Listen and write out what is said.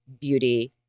beauty